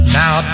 now